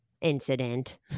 incident